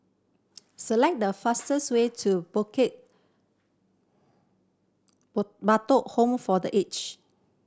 select the fastest way to Bukit Batok Home for The Age